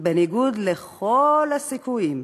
בניגוד לכל הסיכויים.